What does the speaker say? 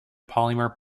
polymer